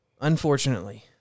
Unfortunately